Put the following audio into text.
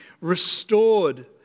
restored